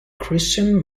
christian